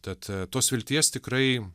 tad tos vilties tikrai